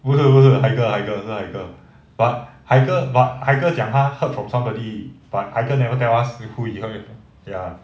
不是不是 haikal haikal 是 haikal but haikal but haikal 讲他 heard from somebody but haikal never tell us who he heard it ya